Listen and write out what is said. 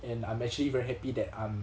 and I'm actually very happy that I'm